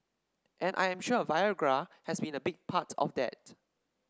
and I am sure Viagra has been a big part of that